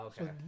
okay